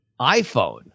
iphone